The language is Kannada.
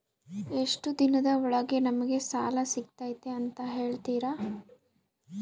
ಎಷ್ಟು ದಿನದ ಒಳಗೆ ನಮಗೆ ಸಾಲ ಸಿಗ್ತೈತೆ ಅಂತ ಹೇಳ್ತೇರಾ?